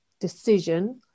decision